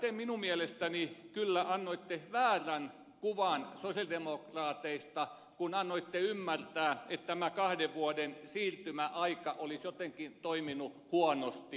te minun mielestäni kyllä annoitte väärän kuvan sosialidemokraateista kun annoitte ymmärtää että tämä kahden vuoden siirtymäaika olisi jotenkin toiminut huonosti